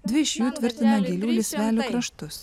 dvi iš jų tvirtina gėlių lysvelių kraštus